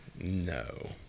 No